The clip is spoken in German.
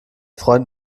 freund